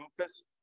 office